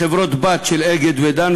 חברות-בת של "אגד" ו"דן",